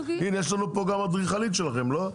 הינה, יש לנו פה גם אדריכלית שלכם, לא?